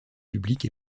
publique